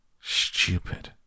Stupid